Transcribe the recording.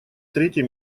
третий